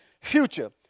future